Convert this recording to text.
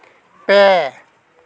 ᱯᱮ